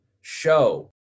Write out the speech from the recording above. show